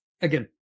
again